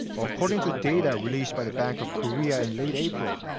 according to data released by the bank of korea in late april.